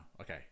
okay